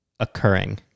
Occurring